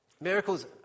Miracles